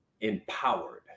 empowered